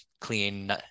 clean